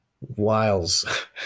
wiles